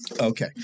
Okay